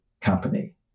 company